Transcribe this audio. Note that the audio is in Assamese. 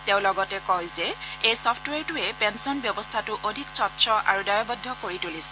তেওঁ লগতে কয় যে এই ছফটৱেৰটোৱে পেন্সন ব্যৱস্থাটো অধিক স্বচ্ছ আৰু দায়বদ্ধ কৰি তুলিছে